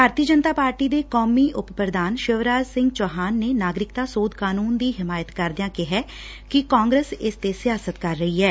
ਭਾਰਤੀ ਜਨਤਾ ਪਾਰਟੀ ਦੇ ਕੌਮੀ ਉਪ ਪ੍ਰਧਾਨ ਸ਼ਿਵਰਾਜ ਸਿੰਘ ਚੌਹਾਨ ਨੇ ਨਾਗਰਿਕਤਾ ਸੋਧ ਕਾਨੁੰਨ ਦੀ ਹਿਮਾਇਤ ਕਰਦਿਆਂ ਕਿਹਾ ਕਿ ਕਾਂਗਰਸ ਇਸ ਦੇ ਸਿਆਸਤ ਕਰ ਰਹੀ ਐ